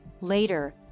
Later